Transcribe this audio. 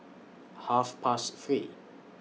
Half Past three